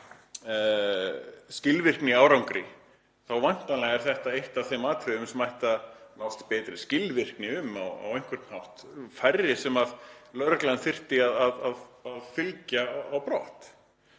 skilvirkni í árangri þá væntanlega er þetta eitt af þeim atriðum sem ætti að nást betri skilvirkni um á einhvern hátt, færri sem lögreglan þyrfti að fylgja á brott.